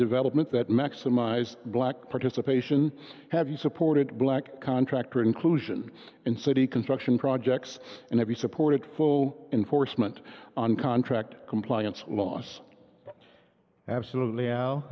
development that maximize black participation have you supported black contractor inclusion in city construction projects and every supported full enforcement on contract compliance last absolutely